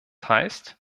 heißt